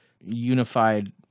unified